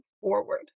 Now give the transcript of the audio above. forward